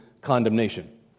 condemnation